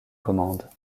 commandes